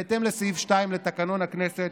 בהתאם לסעיף 2 לתקנון הכנסת,